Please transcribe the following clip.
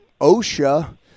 OSHA